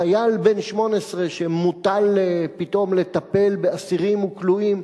חייל בן 18 שמוטל עליו פתאום לטפל באסירים וכלואים,